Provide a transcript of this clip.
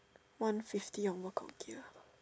one fifty on one quite okay lah